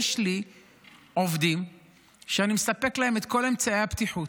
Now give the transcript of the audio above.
יש לי עובדים שאני מספק להם את כל אמצעי הבטיחות.